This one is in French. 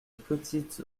petite